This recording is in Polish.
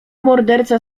morderca